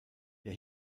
der